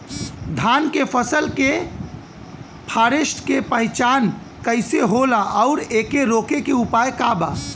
धान के फसल के फारेस्ट के पहचान कइसे होला और एके रोके के उपाय का बा?